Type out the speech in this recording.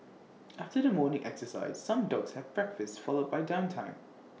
after the morning exercise some dogs have breakfast followed by downtime